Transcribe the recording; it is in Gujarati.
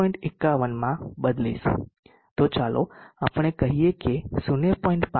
51 માં બદલીશ તો ચાલો આપણે કહીએ કે 0